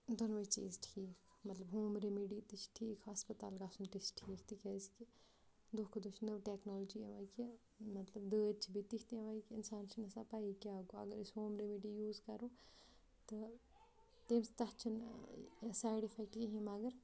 دۄنوَے چیٖز ٹھیٖک مطلب ہوم ریمِڈی تہِ چھِ ٹھیٖک ہَسپَتال گژھُن تہِ چھِ ٹھیٖک تِکیٛازِکہِ دۄہ کھۄ دۄہ چھِ نٔو ٹیکنالوجی یِوان کہِ مطلب دٲدۍ چھِ بیٚیہِ تِتھ یِوان کہِ اِنسان چھِنہٕ آسان پَییی کیٛاہ گوٚو اگر أسۍ ہوم ریمِڈی یوٗز کَرو تہٕ تٔمۍ تَتھ چھِنہٕ سایِڈ اِفیکٹہٕ کِہیٖنۍ مگر